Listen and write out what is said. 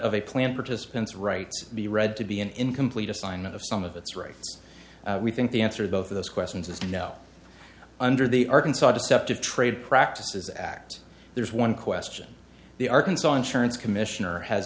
of a plan participants rights be read to be an incomplete assignment of some of it's right we think the answer both of those questions is no under the arkansas deceptive trade practices act there's one question the arkansas insurance commissioner has